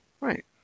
Right